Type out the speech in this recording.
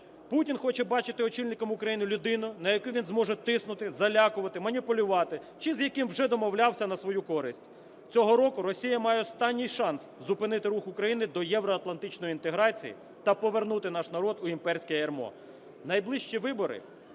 Путін хоче бачити очільником України людину, на яку він зможе тиснути, залякувати, маніпулювати чи з яким вже домовлявся на свою користь. Цього року Росія має останній шанс зупинити рух України до євроатлантичної інтеграції та повернути наш народ у імперське ярмо. Найближчі вибори